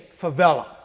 favela